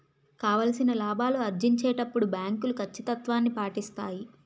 కావాల్సిన లాభాలు ఆర్జించేటప్పుడు బ్యాంకులు కచ్చితత్వాన్ని పాటిస్తాయి